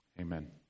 amen